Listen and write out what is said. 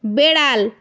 বেড়াল